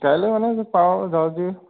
কাইলৈ ওলা পাৰ যদি